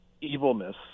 evilness